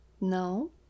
no